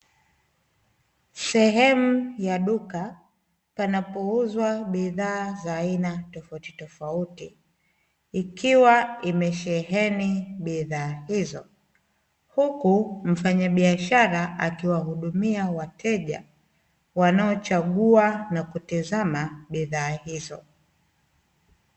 Sehemu ya duka panapouzwa bidhaa za aina tofauti tofauti ikiwa imesheheni bidhaa hizo, huku mfanyabiashara akiwahudumia wateja wanaochagua na kutizama bidhaa hizo.